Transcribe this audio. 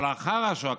אבל לאחר השואה,